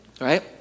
right